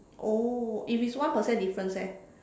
oh if it's one percent difference eh